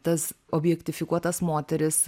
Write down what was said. tas objektifikuotas moteris